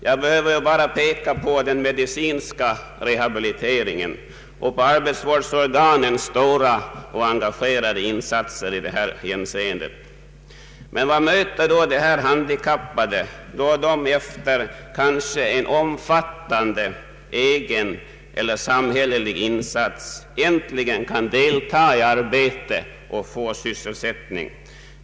Jag behöver bara peka på den medicinska rehabiliteringen och på arbetsvårdsor ganens stora och engagerade insatser i detta hänseende. Men vad möter då de handikappade när de, efter en kanske omfattande egen eller samhällelig insats, äntligen kan delta i arbete och få sysselsättning?